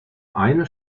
eine